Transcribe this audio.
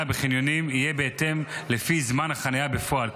בחניונים יהיה בהתאם לזמן החניה בפועל,